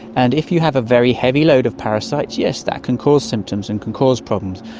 and if you have a very heavy load of parasites, yes, that can cause symptoms and can cause problems.